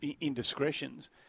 indiscretions